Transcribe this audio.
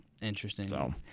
Interesting